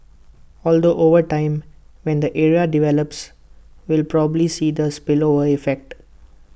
although over time when the area develops we will probably see the spillover effect